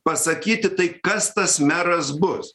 pasakyti tai kas tas meras bus